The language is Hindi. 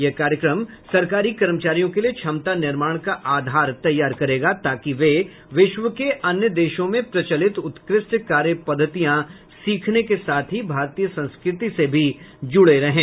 यह कार्यक्रम सरकारी कर्मचारियों के लिए क्षमता निर्माण का आधार तैयार करेगा ताकि वे विश्व के अन्य देशों में प्रचलित उत्कृष्ट कार्य पद्धतियां सीखने के साथ ही भारतीय संस्कृति से भी जुड़े रहें